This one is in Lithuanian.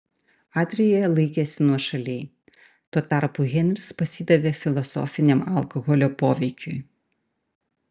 adrija laikėsi nuošaliai tuo tarpu henris pasidavė filosofiniam alkoholio poveikiui